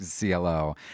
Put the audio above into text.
CLO